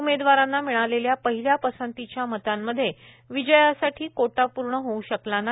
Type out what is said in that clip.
उमेदवारांना मिळालेल्या पहिल्या पसंतीच्या मतांमध्ये विजयासाठी कोटा पूर्ण होऊ शकला नाही